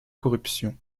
corruption